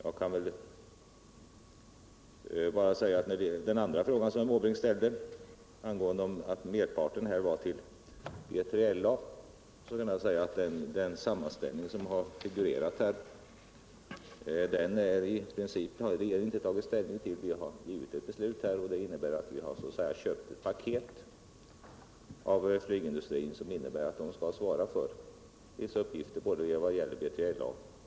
Beträffande den andra frågan som herr Måbrink ställde, om att merparten var avsedd för B3LA, vill jag säga att den sammanställning som har figurerat här har regeringen i princip inte tagit ställning till. Enligt det beslut som fattats har vi så att säga köpt ett paket av flygindustrin som innebär att industrin skall svara för vissa uppgifter, både beträffande B3LA och A 20.